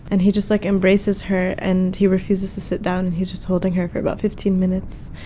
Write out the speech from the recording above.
and he just, like, embraces her, and he refuses to sit down, and he's just holding her for about fifteen minutes.